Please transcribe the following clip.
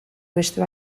bestek